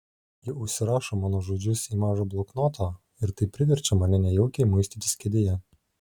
ji užsirašo mano žodžius į mažą bloknotą ir tai priverčia mane nejaukiai muistytis kėdėje